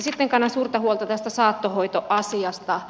sitten kannan suurta huolta tästä saattohoitoasiasta